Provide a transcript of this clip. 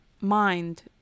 mind